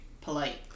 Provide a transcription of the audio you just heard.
polite